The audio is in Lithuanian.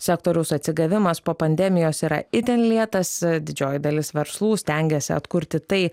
sektoriaus atsigavimas po pandemijos yra itin lėtas didžioji dalis verslų stengiasi atkurti tai